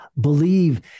believe